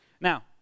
Now